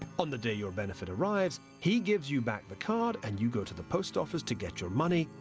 on the day your benefit arrives, he gives you back the card and you go to the post office to get your money,